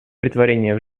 претворения